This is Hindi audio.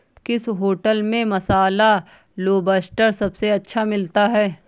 किस होटल में मसाला लोबस्टर सबसे अच्छा मिलता है?